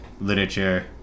literature